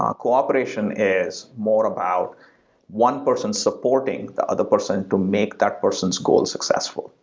um cooperation is more about one person supporting the other person to make that person's goal and successful.